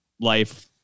life